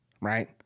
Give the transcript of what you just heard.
right